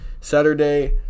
Saturday